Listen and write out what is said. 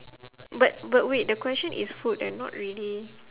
but but wait the question is food eh not really